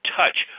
touch